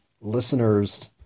listeners